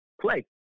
play